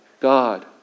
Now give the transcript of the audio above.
God